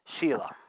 Sheila